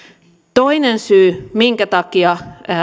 toinen syy minkä takia